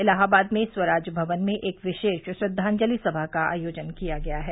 इलाहाबाद में स्वराज भवन में एक विशेष श्रद्वाजलि समा का आयोजन किया गया है